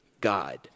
God